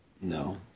No